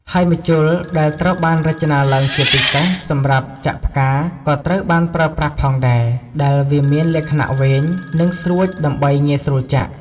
ហើយម្ជុលដែលត្រូវបានរចនាឡើងជាពិសេសសម្រាប់ចាក់ផ្កាក៏ត្រូវបានប្រើប្រាស់ផងដែរ ដែលវាមានលក្ខណៈវែង និងស្រួចដើម្បីងាយស្រួលចាក់។